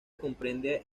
comprende